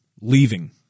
leaving